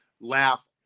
laugh